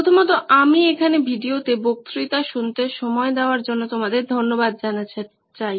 প্রথমত আমি এখানে ভিডিওতে বক্তৃতা শুনতে সময় দেওয়ার জন্য তোমাদের ধন্যবাদ জানাতে চাই